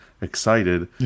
excited